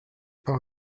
pas